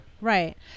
Right